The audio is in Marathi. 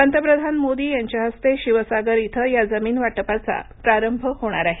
पंतप्रधान मोदी यांच्या हस्ते शिवसागर इथं या जमीन वाटपाचा प्रारंभ होणार आहे